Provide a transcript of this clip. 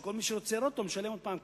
וכל מי שרוצה לראות אותו משלם עוד הפעם כסף.